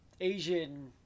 Asian